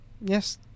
Yes